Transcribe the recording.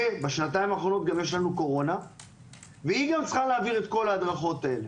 ובשנתיים האחרונות יש קורונה והיא גם צריכה להעביר את כל ההדרכות האלה.